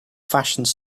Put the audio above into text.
fashioned